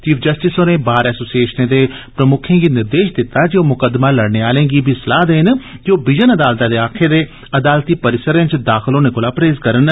chief justice होरें bar एसोसिएशनें दे प्रमुक्खें गी निर्देश दिता जे ओ मुकद्दमा लड़ने आलें गी बी सलाह देन जे ओ बिजन अदालतै दे आक्खे दे अदालती परिसरें च दाखल होने कोला परहेज करन